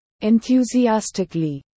Enthusiastically